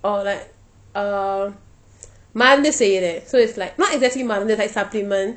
orh like uh மருந்து செய்றேன்:marunthu seiren so it's like not exactly மருந்து:marunthu it's like supplement